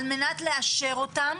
על מנת לאשר אותם.